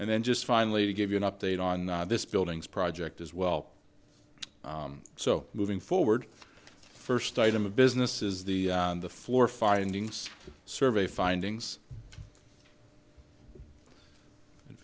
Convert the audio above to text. and then just finally to give you an update on this building's project as well so moving forward first item of business is the floor findings survey findings and